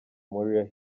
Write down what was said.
moriah